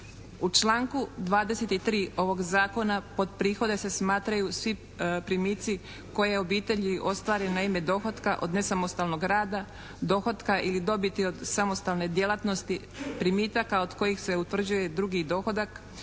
U članku 23. ovog zakona pod prihode se smatraju svi primici koje obitelji ostvare na ime dohotka od nesamostalnog rada, dohotka ili dobiti od samostalne djelatnosti, primitaka od kojih se utvrđuje drugi dohodak,